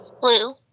blue